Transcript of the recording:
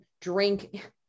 drink